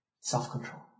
Self-control